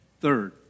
third